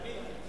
תמיד נמצא.